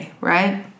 right